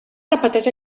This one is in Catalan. repeteix